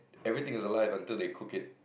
everything is alive until they cook it